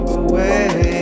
away